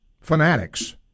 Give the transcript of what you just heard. fanatics